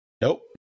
Nope